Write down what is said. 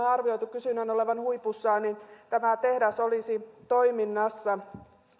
on arvioitu olevan huipussaan kaksituhattakaksikymmentä niin tämä tehdas olisi toiminnassa